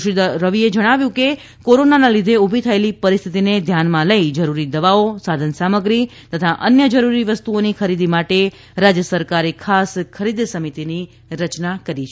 શ્રી રવિએ જણાવ્યું હતું કે કોરોનાના લીધે ઉભી થયેલી પરિસ્થિતિને ધ્યાનમાં લઇ જરૂરી દવાઓ સાધનસામગ્રી તથા અન્ય જરૂરી વસ્તુઓની ખરીદી માટે રાજ્ય સરકારે ખાસ ખરીદ સમિતીની રચના કરવામાં આવી છે